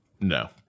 No